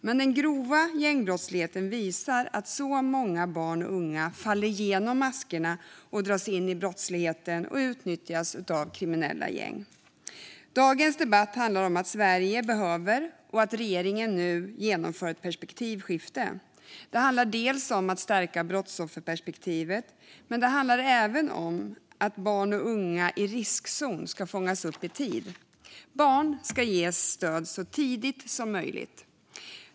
Men den grova gängbrottsligheten visar att många barn och unga faller genom maskorna, dras in i brottsligheten och utnyttjas av kriminella gäng. Dagens debatt handlar om att Sverige behöver ett perspektivskifte och att regeringen nu genomför det. Det handlar om att stärka brottsofferperspektivet, men det handlar även om att barn och unga i riskzon ska fångas upp i tid. Barn ska ges stöd så tidigt som möjligt.